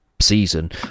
season